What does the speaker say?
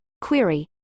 query